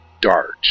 dart